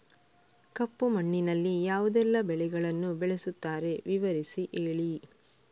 ಕಪ್ಪು ಮಣ್ಣಿನಲ್ಲಿ ಯಾವುದೆಲ್ಲ ಬೆಳೆಗಳನ್ನು ಬೆಳೆಸುತ್ತಾರೆ ವಿವರಿಸಿ ಹೇಳಿ